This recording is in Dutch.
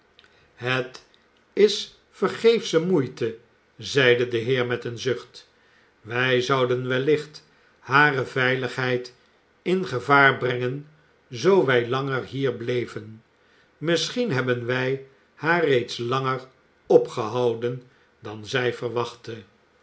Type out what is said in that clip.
het is vergeefsche moeite zeide de heer met een zucht wij zouden wellicht hare veiligheid in gevaar brengen zoo wij langer hier bleven misschien hebben wij haar reeds langer opgehouden dan zij verwachtte